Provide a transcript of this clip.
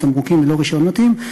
או תמרוקים ללא רישיון מתאים,